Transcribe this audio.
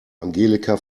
angelika